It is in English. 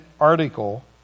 article